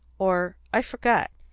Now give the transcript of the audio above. or, i forgot.